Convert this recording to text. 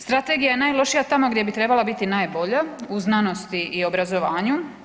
Strategija je najlošija tamo gdje bi trebala biti najbolja u znanosti i obrazovanju.